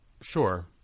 sure